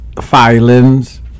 filings